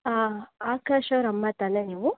ಆಕಾಶ್ ಅವರ ಅಮ್ಮ ತಾನೇ ನೀವು